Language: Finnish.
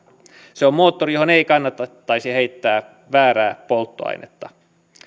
se on moottori johon ei kannattaisi heittää väärää polttoainetta